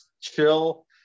chill